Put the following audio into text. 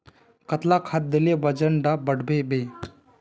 कतला खाद देले वजन डा बढ़बे बे?